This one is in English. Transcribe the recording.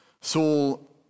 Saul